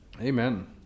Amen